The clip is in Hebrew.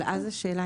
אבל אז השאלה,